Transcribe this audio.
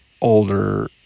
older